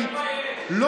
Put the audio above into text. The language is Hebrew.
שתומך בכיבוש צריך להתבייש.